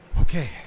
okay